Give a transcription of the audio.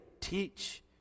teach